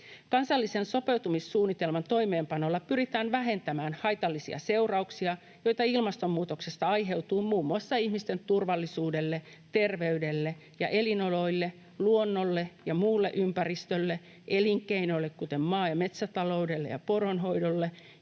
Kansallisen sopeutumissuunnitelman toimeenpanolla pyritään vähentämään haitallisia seurauksia, joita ilmastonmuutoksesta aiheutuu muun muassa ihmisten turvallisuudelle, terveydelle ja elinoloille, luonnolle ja muulle ympäristölle, elinkeinoille, kuten maa- ja metsätaloudelle ja poronhoidolle,